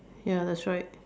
ya that's right